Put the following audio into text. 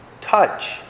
touch